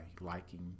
liking